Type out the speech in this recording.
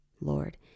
lord